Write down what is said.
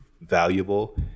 valuable